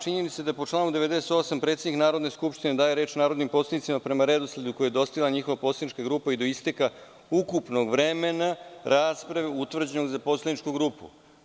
Činjenica je da, po članu 98, predsednik Narodne skupštine daje reč narodnim poslanicima prema redosledu koji je dostavila njihova poslanička grupa i do isteka ukupnog vremena rasprave utvrđenog za poslaničku grupu.